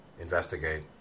investigate